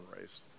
race